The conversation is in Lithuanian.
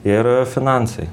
ir finansai